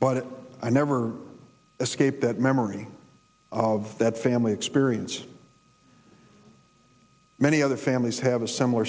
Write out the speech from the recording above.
but i never escape that memory of that family experience many other families have a similar